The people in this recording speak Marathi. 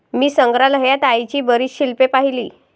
मी संग्रहालयात आईची बरीच शिल्पे पाहिली